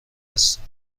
هستیم